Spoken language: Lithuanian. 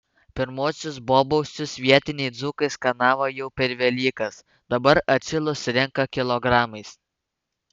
pirmuosius bobausius vietiniai dzūkai skanavo jau per velykas dabar atšilus renka kilogramais